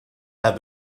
have